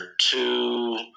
two